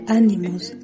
animals